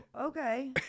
okay